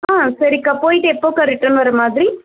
ஆ சரிக்கா போயிட்டு எப்போக்கா ரிட்டன் வர மாதிரி